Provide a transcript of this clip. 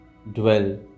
Dwell